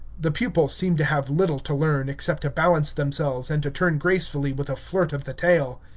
the pupils seem to have little to learn, except to balance themselves and to turn gracefully with a flirt of the tail.